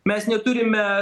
mes neturime